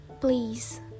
Please